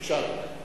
בבקשה, אדוני.